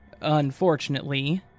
unfortunately